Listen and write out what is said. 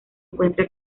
encuentra